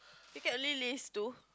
you can only list two